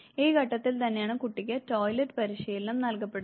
ഈ ഘട്ടത്തിൽ തന്നെയാണ് കുട്ടിക്ക് ടോയ്ലറ്റ് പരിശീലനം നൽകപ്പെടുന്നത്